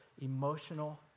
emotional